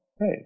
hey